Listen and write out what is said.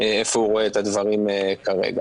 איפה הוא רואה את הדברים כרגע.